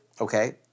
Okay